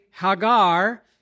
Hagar